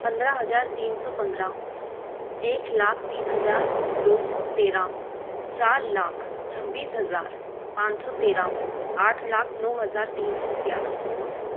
पंद्रह हज़ार तीन सौ पंद्रह एक लाख तीन हज़ार दो सौ तेरह चार लाख छब्बीस हज़ार पाँच सौ तेरह आठ लाख नौ हज़ार तीन सौ ग्यारह